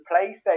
PlayStation